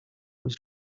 was